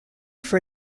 for